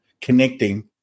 connecting